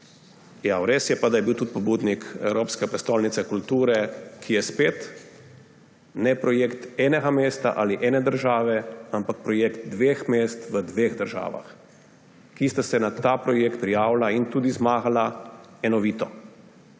Ja, res je pa, da je bil tudi pobudnik Evropske prestolnice kulture, ki je spet ne projekt enega mesta ali ene države, ampak projekt dveh mest v dveh državah, ki sta se na ta projekt prijavili in tudi zmagali enovito,